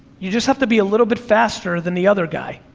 you just have to be a little bit faster than the other guy.